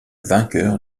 vainqueur